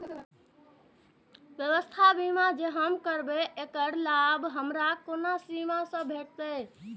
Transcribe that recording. स्वास्थ्य बीमा जे हम करेब ऐकर लाभ हमरा कोन हिसाब से भेटतै?